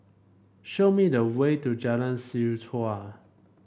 show me the way to Jalan Seh Chuan